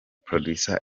producer